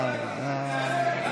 רק להם מותר למחוא כפיים?